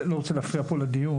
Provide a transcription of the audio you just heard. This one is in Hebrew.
אני לא רוצה להפריע פה לדיון,